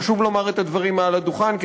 חשוב לומר את הדברים מעל הדוכן,